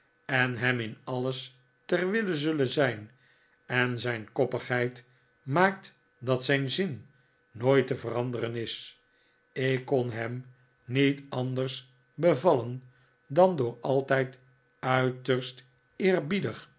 en hem in alles ter wille zullen zijn en zijn koppigheid maakt dat zijn zin nooit te veranderen is ik kon hem niet anmartin doet confidenties ders bevallen dan door altijd uiterst